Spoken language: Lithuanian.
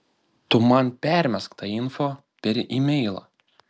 tu man permesk tą info per imeilą